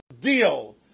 deal